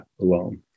alone